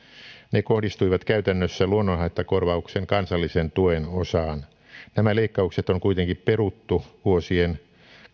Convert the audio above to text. ne kohdistuivat käytännössä luonnonhaittakorvauksen kansallisen tuen osaan nämä leikkaukset on kuitenkin peruttu vuosien